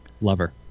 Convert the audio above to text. lover